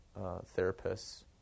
therapists